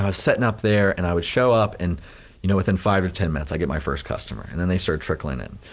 setting up there and i would show up and you know within five or ten minutes i get my first customer. and then they start trickling in.